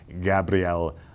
Gabriel